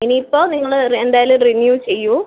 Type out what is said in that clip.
ഇനി ഇപ്പോൾ നിങ്ങൾ എന്തായാലും റിന്യൂ ചെയ്യൂ